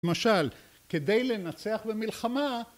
‫למשל, כדי לנצח במלחמה...